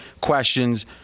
questions